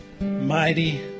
mighty